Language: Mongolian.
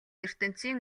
ертөнцийн